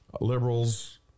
liberals